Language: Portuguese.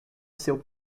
seu